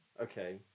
okay